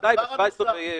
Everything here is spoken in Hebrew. מתי, ב-17?